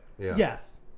Yes